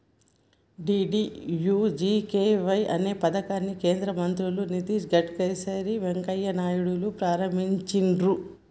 DDUGKY అనే పథకాన్ని కేంద్ర మంత్రులు నితిన్ గడ్కరీ, వెంకయ్య నాయుడులు ప్రారంభించిర్రు